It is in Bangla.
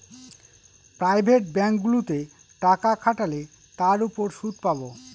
প্রাইভেট ব্যাঙ্কগুলোতে টাকা খাটালে তার উপর সুদ পাবো